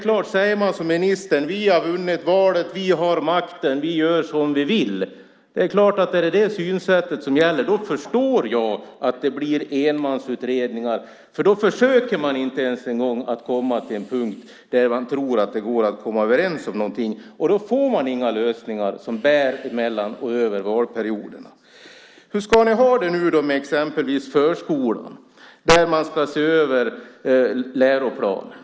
Ministern säger: Vi har vunnit valet, vi har makten och vi gör som vi vill. Om det är det synsättet som gäller förstår jag att det blir enmansutredningar, för då försöker man inte ens att komma till en punkt där man tror att det kan vara möjligt att bli överens. Då får man inga lösningar som håller över mandatperioderna. Hur ska ni ha det med exempelvis förskolan? Där ska man se över läroplanen.